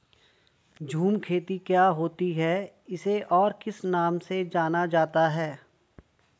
झूम खेती क्या होती है इसे और किस नाम से जाना जाता है?